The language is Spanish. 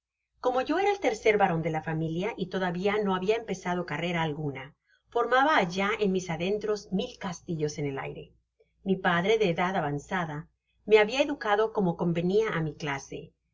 como yo era el tercer varon de la familia y todavia no habia empezado carrera alguna formaba allá en mis adentros mil castillos en el aire mi padre de edad avanzada me habia educado como convenia á mi clase ya